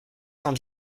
cent